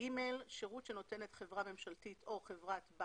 שירות שנותנת חברה ממשלתית או חברת בת